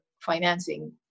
financing